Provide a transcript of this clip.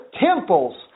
temples